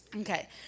Okay